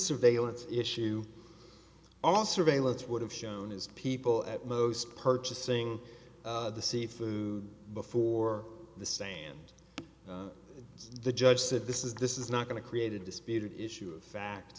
surveillance issue all surveillance would have shown is people at most purchasing the seafood before the saint the judge said this is this is not going to create a disputed issue of fact